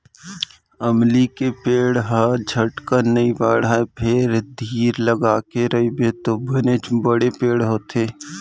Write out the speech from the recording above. अमली के पेड़ हर झटकन नइ बाढ़य फेर धीर लगाके रइबे तौ बनेच बड़े पेड़ होथे